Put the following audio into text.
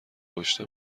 پشت